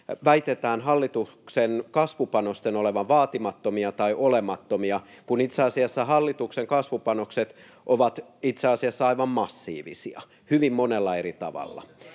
väitetään hallituksen kasvupanosten olevan vaatimattomia tai olemattomia, kun itse asiassa hallituksen kasvupanokset ovat aivan massiivisia, hyvin monella eri tavalla.